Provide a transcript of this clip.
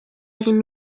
egin